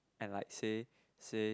and like say say